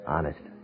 Honest